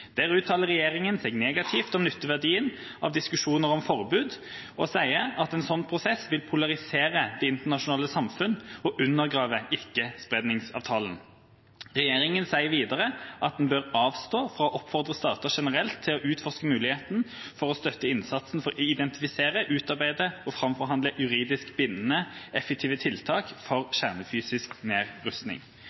Der uttaler regjeringa seg negativt om nytteverdien av diskusjoner om forbud og sier at en slik prosess vil «polarisere det internasjonale samfunn» og «undergrave Ikkespredningsavtalen». Regjeringen sa videre at en «bør avstå fra å oppfordre stater generelt til å utforske muligheter for og støtte tiltak for å identifisere, utarbeide og framforhandle juridisk bindende effektive tiltak for kjernefysisk nedrustning».